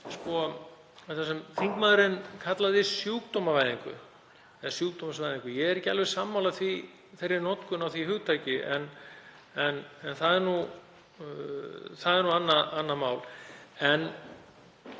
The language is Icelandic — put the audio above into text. vegar það sem þingmaðurinn kallaði sjúkdómavæðingu — ég er ekki alveg sammála þeirri notkun á því hugtaki en það er annað mál